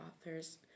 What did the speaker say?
authors